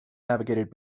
navigated